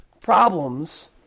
problems